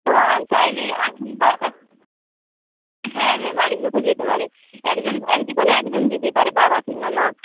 তো চাইলে আপনি বা হ্যাঁ হ্যাঁ বাড়ির লোকও যেতে পারে একজন যে কোনো একজন যেতে পারে বাবা কিংবা মা